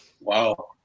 wow